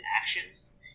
actions